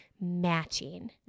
matching